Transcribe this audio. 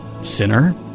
sinner